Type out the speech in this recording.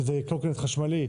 שזה קורקינט חשמלי.